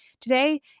today